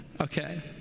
Okay